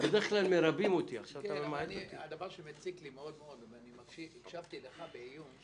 הדבר שמציק לי מאוד-מאוד, והקשבתי לך בעיון,